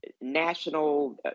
national